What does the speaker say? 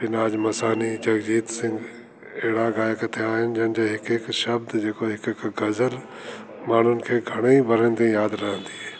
पीनाज़ मसानी जगजीत सिंग अहिड़ा गायक थिया आहिनि जंहिंजे करे हिकु हिकु शब्द जेको हिकु हिकु गज़ल माण्हुनि खे घणे ई वणंदी यादि रहंदी